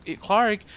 Clark